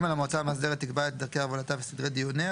המועצה המאסדרת תקבע את דרכי עבודתה וסדרי דיוניה,